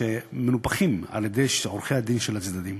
מנופחים על-ידי עורכי-הדין של הצדדים.